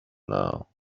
now